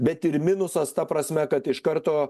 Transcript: bet ir minusas ta prasme kad iš karto